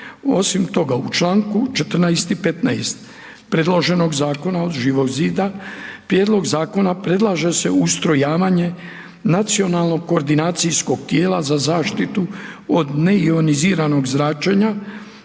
Osim toga u čl. 14. i 15. predloženog zakona od Živog zida prijedlog zakona predlaže se ustrojavanje nacionalnog koordinacijskog tijela za zaštitu od neioniziranog zračenja